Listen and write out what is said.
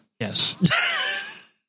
Yes